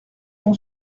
ton